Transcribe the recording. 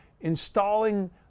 installing